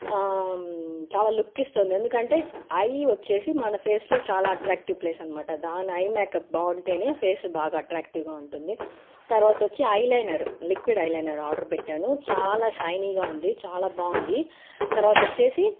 చాలా లుక్ ఇస్తోంది ఎందుకంటే ఐ వచ్చేసి మన ఫేస్లో చాలా అట్రాక్టివ్ ప్లేస్ అనమాట దాని ఐ మేకప్ బాగుంటేనే ఫేస్ బాగా అట్రాక్టివ్గా ఉంటుంది తర్వాత వచ్చి ఐలైనర్ లిక్విడ్ ఐలైనర్ ఆర్డర్ పెట్టాను చాలా షైనీగా ఉంది చాలా బాగుంది తర్వాత వచ్చేసి